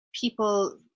people